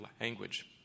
language